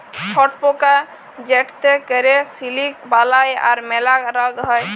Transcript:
ছট পকা যেটতে ক্যরে সিলিক বালাই তার ম্যালা রগ হ্যয়